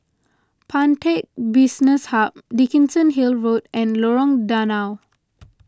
Pantech Business Hub Dickenson Hill Road and Lorong Danau